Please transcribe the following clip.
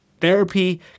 Therapy